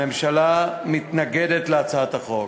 הממשלה מתנגדת להצעת החוק.